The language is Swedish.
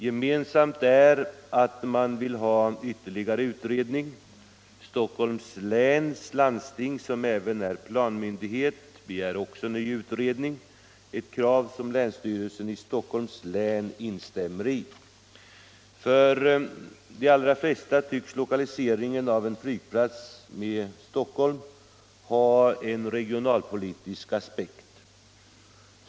Gemensamt är att man vill ha ytterligare utredning. Stockholms läns landsting, som även är planmyndighet, begär också ny utredning, ett krav som länsstyrelsen i Stockholms län instämmer i. För de allra flesta tycks lokaliseringen av en flygplats intill Stockholm ha en regionalpolitisk aspekt.